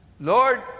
Lord